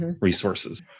resources